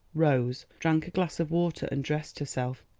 rose, drank a glass of water, and dressed herself,